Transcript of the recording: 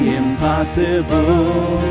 impossible